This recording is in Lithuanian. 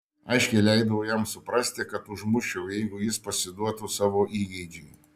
aiškiai leidau jam suprasti kad užmuščiau jeigu jis pasiduotų savo įgeidžiui